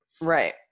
Right